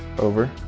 over.